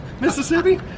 Mississippi